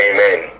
Amen